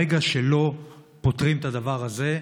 ברגע שלא פותרים את הדבר הזה,